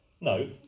no